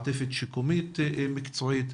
מעטפת שיקומית מקצועית,